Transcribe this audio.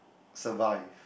survive